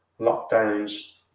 lockdowns